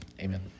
amen